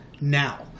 now